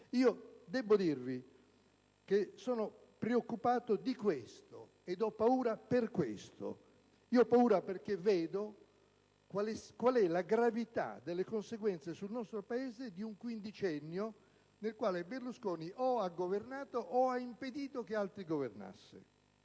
Debbo dirvi che sono preoccupato di questo ed ho paura per questo: ho paura perché vedo la gravità delle conseguenze sul nostro Paese di un quindicennio nel quale Berlusconi o ha governato o ha impedito che altri governassero.